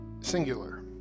singular